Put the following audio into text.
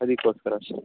ಅದಕ್ಕೋಸ್ಕರ ಅಷ್ಟೆ